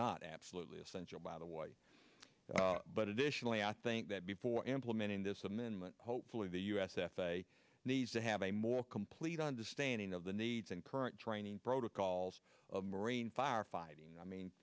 not absolutely essential by the way but it issue really i think that before implementing this amendment hopefully the u s f a a needs to have a more complete understanding of the needs and current training protocols of marine firefighting i mean